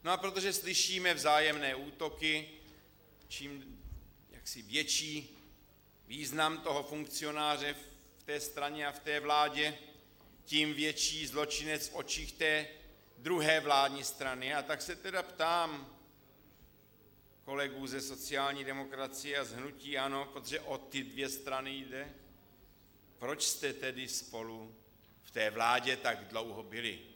A protože slyšíme vzájemné útoky čím větší význam toho funkcionáře ve straně a ve vládě, tím větší zločinec v očích té druhé vládní strany, a tak se tedy ptám kolegů ze sociální demokracie a z hnutí ANO, protože o ty dvě strany jde, proč jste tedy spolu v té vládě tak dlouho byli.